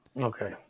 Okay